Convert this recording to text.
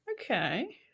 Okay